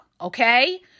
okay